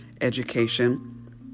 education